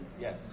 Yes